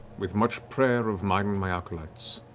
with much prayer of mine and my acolytes,